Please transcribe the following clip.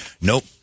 Nope